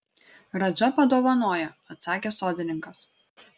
radža padovanojo atsakė sodininkas